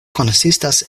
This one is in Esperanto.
konsistas